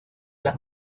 las